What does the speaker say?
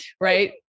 right